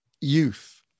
youth